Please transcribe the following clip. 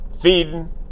feeding